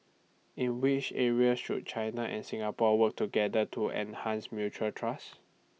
in which areas should China and Singapore work together to enhance mutual trust